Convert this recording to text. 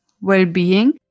well-being